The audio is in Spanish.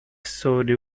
sobre